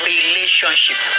Relationship